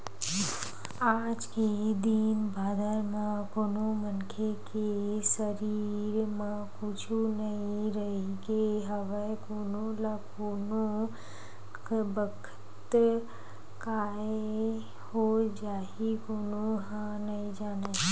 आज के दिन बादर म कोनो मनखे के सरीर म कुछु नइ रहिगे हवय कोन ल कोन बखत काय हो जाही कोनो ह नइ जानय